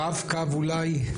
רב קו אולי?